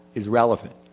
is relevant.